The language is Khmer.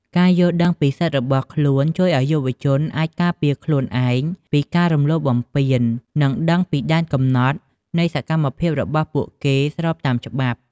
ការយល់ដឹងពីសិទ្ធិរបស់ខ្លួន ជួយឲ្យយុវជនអាចការពារខ្លួនឯងពីការរំលោភបំពាន និងដឹងពីដែនកំណត់នៃសកម្មភាពរបស់ពួកគេ ស្របតាមច្បាប់។